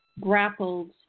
grappled